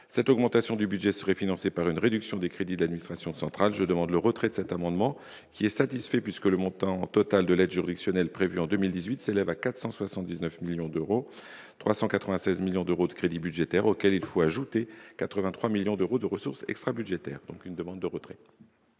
Cette augmentation du budget serait financée par une réduction des crédits de l'administration centrale. Cet amendement est satisfait, puisque le montant total de l'aide juridictionnelle prévue en 2018 s'élève à 479 millions d'euros : 396 millions d'euros de crédits budgétaires, auxquels il faut ajouter 83 millions d'euros de ressources extrabudgétaires. La commission demande donc le retrait